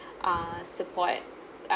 err support uh